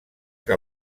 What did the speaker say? que